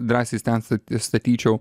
drąsiai stensai įstatyčiau